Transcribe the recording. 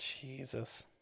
Jesus